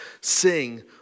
Sing